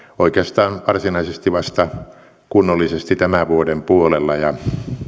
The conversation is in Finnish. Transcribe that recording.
oikeastaan kunnollisesti varsinaisesti vasta tämän vuoden puolella